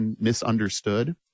misunderstood